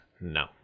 no